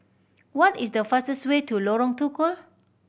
what is the fastest way to Lorong Tukol